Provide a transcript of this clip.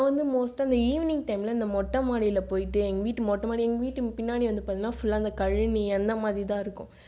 நான் வந்து மோஸ்ட்டாக இந்த ஈவினிங் டைமில் இந்த மொட்டை மாடியில் போயிட்டு எங்கள் வீட்டு மொட்டை மாடியில் எங்கள் வீட்டுக்கு பின்னாடி வந்து பார்த்தீங்கன்னா ஃபுல்லாகவே இந்த கழனி அந்த மாதிரி தான் இருக்கும்